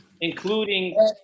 including